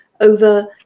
over